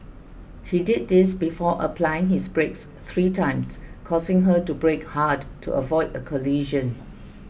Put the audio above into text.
he did this before applying his brakes three times causing her to brake hard to avoid a collision